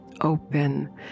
Open